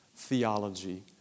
theology